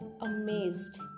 Amazed